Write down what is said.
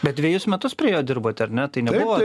bet dvejus metus prie jo dirbote ar ne tai nebuvo